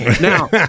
Now